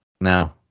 No